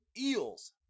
Eels